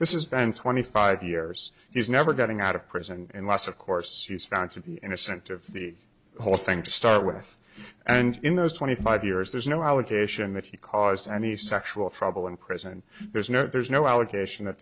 this is ben twenty five years he's never getting out of prison and less of course is found to be innocent of the whole thing to start with and in those twenty five years there's no allegation that he caused any sexual trouble in prison there's no there's no allegation